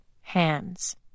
hands